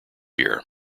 year